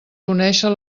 conèixer